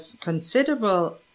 considerable